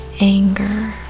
anger